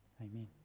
amen